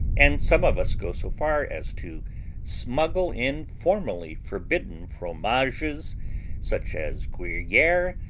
and some of us go so far as to smuggle in formerly forbidden fromages such as gruyere,